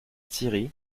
siri